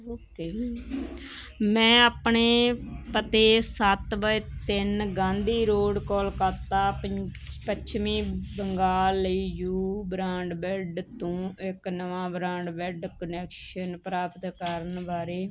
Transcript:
ਮੈਂ ਆਪਣੇ ਪਤੇ ਸੱਤ ਵਏ ਤਿੰਨ ਗਾਂਧੀ ਰੋਡ ਕੋਲਕਾਤਾ ਪੰ ਪੱਛਮੀ ਬੰਗਾਲ ਲਈ ਯੂ ਬ੍ਰਾਂਡਬੈੱਡ ਤੋਂ ਇੱਕ ਨਵਾਂ ਬ੍ਰਾਂਡਬੈੱਡ ਕੁਨੈਕਸ਼ਨ ਪ੍ਰਾਪਤ ਕਰਨ ਬਾਰੇ